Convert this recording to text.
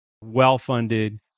well-funded